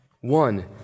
one